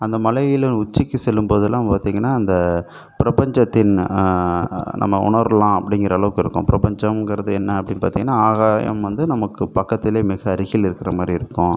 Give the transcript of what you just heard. அந்த மலையில் உச்சிக்கு செல்லும் போதெலாம் பார்த்திங்கன்னா அந்த பிரபஞ்சத்தின் நம்ம உணரலாம் அப்படிங்கற அளவுக்கு இருக்கும் பிரபஞ்சம்ங்கிறது என்ன அப்படினு பார்த்திங்கன்னா ஆகாயம் வந்து நமக்கு பக்கத்திலே மிக அருகில் இருக்கிற மாதிரி இருக்கும்